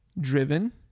driven